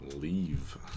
Leave